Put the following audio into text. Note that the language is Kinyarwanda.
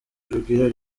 rugwiro